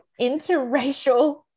interracial